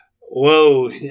Whoa